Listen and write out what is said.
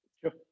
Sure